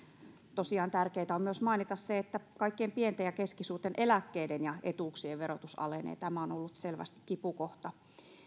tosiaan tärkeätä on myös mainita se että kaikkien pienten ja keskisuurten eläkkeiden ja etuuksien verotus alenee tämä on ollut selvästi kipukohta